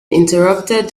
interrupted